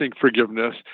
forgiveness